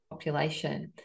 Population